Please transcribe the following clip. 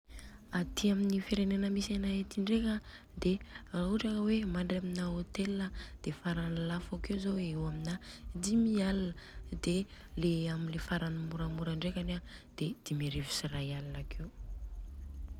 Aty amin'ny firenena misy anay aty ndreka a de ra ohatra ka hoe mandry amin'ny hôtel an de farany lafo akeo zô de eo amina dimy aligna de amin'ny le farany mora ndrekany an de dimy arivo sy raialigna akeo.